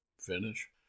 finish